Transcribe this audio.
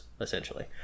essentially